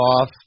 off